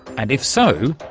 and if so,